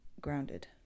grounded